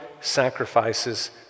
sacrifices